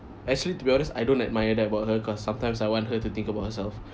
actually to be honest I don't admire that about her cause sometimes I want her to think about herself